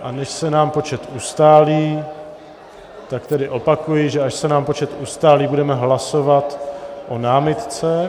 A než se nám počet ustálí, tak tedy opakuji, že až se nám počet ustálí, budeme hlasovat o námitce...